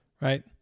right